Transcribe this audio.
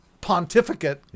pontificate